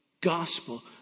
Gospel